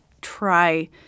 try